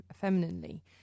femininely